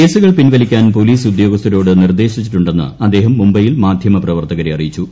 കേസുകൾ പിൻവലിക്കാൻ പോലീസ് ഉദ്യോഗസ്ഥരോട് നിർദ്ദേശിച്ചിട്ടുണ്ടെന്ന് അദ്ദേഹം മുംബൈയിൽ മാധ്യമപ്രവർത്തകരെ അറിയിച്ചു